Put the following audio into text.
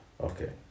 Okay